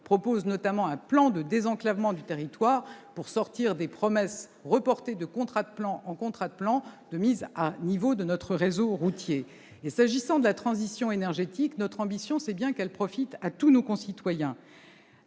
prévoient un plan de désenclavement du territoire pour sortir des promesses, reportées de contrat de plan en contrat de plan, de mise à niveau de notre réseau routier. S'agissant de la transition énergétique, notre ambition est bien qu'elle profite à tous nos concitoyens.